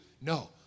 No